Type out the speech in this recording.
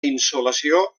insolació